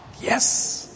Yes